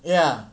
ya